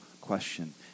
question